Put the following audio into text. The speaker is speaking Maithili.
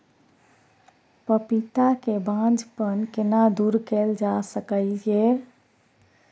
पपीता के बांझपन केना दूर कैल जा सकै ये?